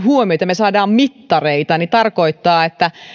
huomiota ja me saamme mittareita tarkoittaa että